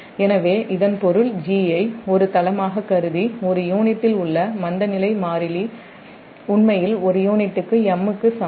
எனவே இதன் பொருள் G ஐ ஒரு தளமாகக் கருதி ஒரு யூனிட்டில் உள்ள மந்தநிலை மாறிலி உண்மையில் ஒரு யூனிட்டுக்கு M க்கு சமம்